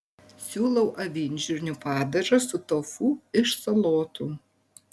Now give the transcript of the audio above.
siūlau avinžirnių padažą su tofu iš salotų